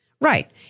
right